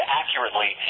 accurately